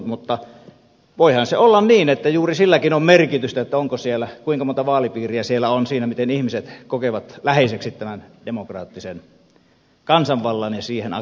mutta voihan se olla niin että juuri silläkin on merkitystä kuinka monta vaalipiiriä siellä on sen kannalta miten läheiseksi ihmiset kokevat tämän demokraattisen kansanvallan ja siihen aktiivisesti osallistumisen